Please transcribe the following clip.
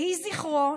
יהיו זכרו,